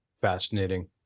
Fascinating